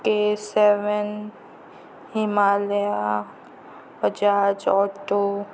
K seven Himalaya Bajaj auto